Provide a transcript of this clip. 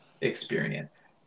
experience